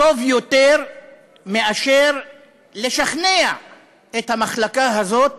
טוב יותר מאשר לשכנע את המחלקה הזאת